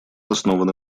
основаны